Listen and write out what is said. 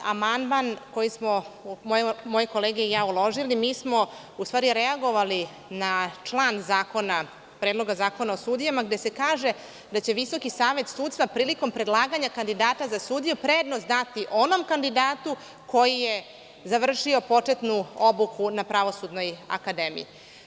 Amandman koji smo moje kolege i ja uložili, mi smo u stvari reagovali na član Predloga zakona o sudijama gde se kaže da će VSS prilikom predlaganja kandidata za sudije, prednost dati onom kandidatu koji je završio početnu obuku na Pravosudnoj akademiji.